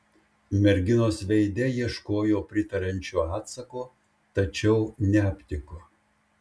merginos veide ieškojo pritariančio atsako tačiau neaptiko